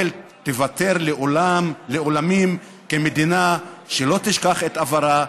תיוותר לעולמים כמדינה שלא תשכח את עברה.